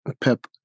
Pep